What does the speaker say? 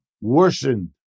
worsened